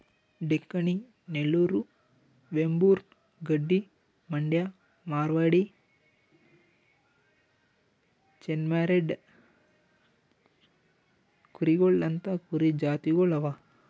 Deccani, Nellore, Vembur, Gaddi, Mandya, Marwari, Chennai red ಕೂರಿಗೊಳ್ ಅಂತಾ ಕುರಿ ಜಾತಿಗೊಳ್ ಅವಾ